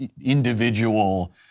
individual